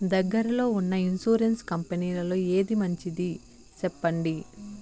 దగ్గర లో ఉన్న ఇన్సూరెన్సు కంపెనీలలో ఏది మంచిది? సెప్పండి?